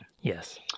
Yes